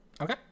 Okay